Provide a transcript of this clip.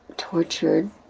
tortured